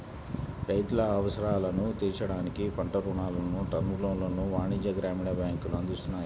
రైతుల అవసరాలను తీర్చడానికి పంట రుణాలను, టర్మ్ లోన్లను వాణిజ్య, గ్రామీణ బ్యాంకులు అందిస్తున్నాయి